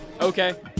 Okay